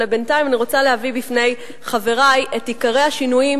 אבל בינתיים אני רוצה להביא בפני חברי את עיקרי השינויים